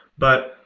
but,